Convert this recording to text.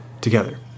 together